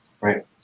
right